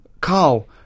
Carl